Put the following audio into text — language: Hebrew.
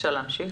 אפשר להמשיך.